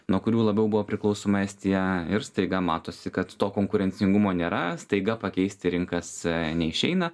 nuo kurių labiau buvo priklausoma estija ir staiga matosi kad to konkurencingumo nėra staiga pakeisti rinkas neišeina